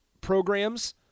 programs